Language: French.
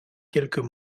quelques